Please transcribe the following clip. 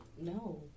No